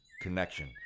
connection